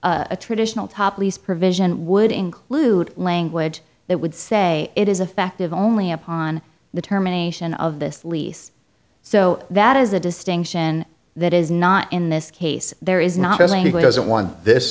a traditional top lease provision would include language that would say it is effective only upon the terminations of this lease so that is a distinction that is not in this case there is not a single doesn't want this